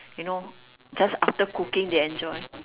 you know just after cooking they enjoy